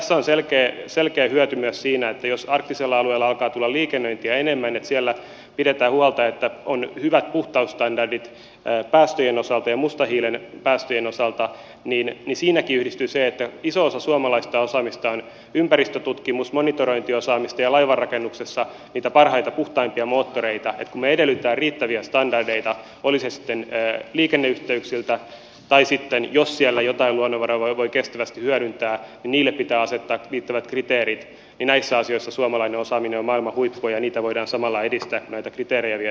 tässä on selkeä hyöty myös siinä että jos arktisella alueella alkaa tulla liikennöintiä enemmän ja siellä pidetään huolta että on hyvät puhtausstandardit päästöjen osalta ja mustan hiilen päästöjen osalta niin siinäkin yhdistyy se että iso osa suomalaista osaamista on ympäristöntutkimus monitorointiosaamista ja laivanrakennuksessa on niitä parhaita puhtaimpia moottoreita että kun me edellytämme riittäviä standardeita oli se sitten liikenneyhteyksiltä tai sitten jos siellä joitain luonnonvaroja voi kestävästi hyödyntää niin kun niille pitää asettaa riittävät kriteerit niin näissä asioissa suomalainen osaaminen on maailman huippua ja niitä voidaan samalla edistää kun näitä kriteerejä viedään eteenpäin